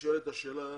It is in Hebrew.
נשאלת השאלה